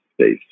space